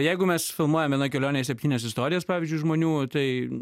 jeigu mes filmuojam vienoj kelionėj septynias istorijas pavyzdžiui žmonių tai